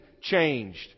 changed